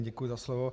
Děkuji za slovo.